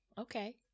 okay